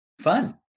Fun